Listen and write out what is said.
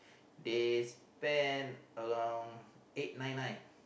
they spend around eight nine nine